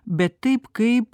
bet taip kaip